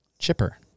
Chipper